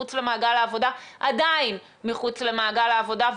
מחוץ למעגל העבודה עדיין מחוץ למעגל העבודה,